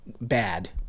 bad